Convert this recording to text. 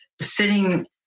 sitting